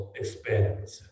experience